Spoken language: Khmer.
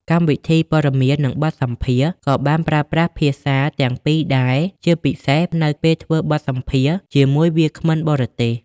កម្មវិធីព័ត៌មាននិងបទសម្ភាសន៍ក៏បានប្រើប្រាស់ភាសាទាំងពីរដែរ ជាពិសេសនៅពេលធ្វើបទសម្ភាសន៍ជាមួយវាគ្មិនបរទេស។